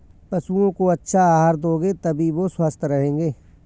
पशुओं को अच्छा आहार दोगे तभी वो स्वस्थ रहेंगे